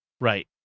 Right